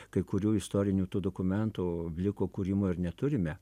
kai kurių istorinių tų dokumentų vliko kūrimo ir neturime